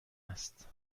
است